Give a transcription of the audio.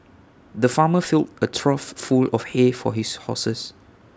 the farmer filled A trough full of hay for his horses